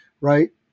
right